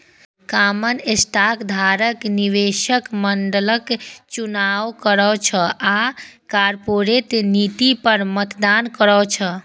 common stock धारक निदेशक मंडलक चुनाव करै छै आ कॉरपोरेट नीति पर मतदान करै छै